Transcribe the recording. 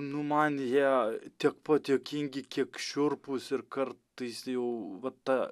nu man jie tiek pat juokingi kiek šiurpūs ir kartais jau va ta